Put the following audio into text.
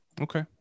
Okay